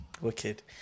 Wicked